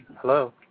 Hello